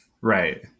Right